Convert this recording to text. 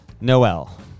Noel